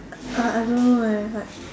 uh I don't know eh like